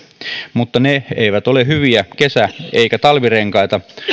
mutta ne eivät ole hyviä kesä eivätkä talvirenkaita